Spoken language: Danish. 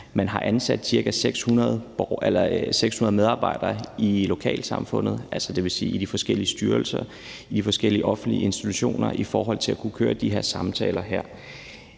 de har ansat ca. 600 medarbejdere i lokalsamfundet, altså i de forskellige styrelser og i de forskellige offentlige institutioner, i forhold til at kunne køre de her samtaler.